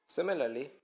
Similarly